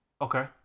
Okay